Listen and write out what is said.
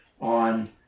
on